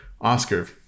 oscar